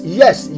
yes